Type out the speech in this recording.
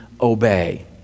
obey